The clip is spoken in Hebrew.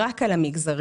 רק על המגזרים.